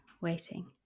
waiting